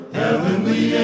heavenly